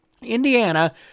Indiana